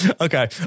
okay